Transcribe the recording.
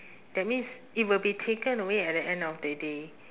that means it will be taken away at the end of the day